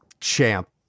champ